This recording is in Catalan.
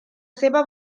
seva